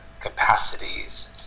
capacities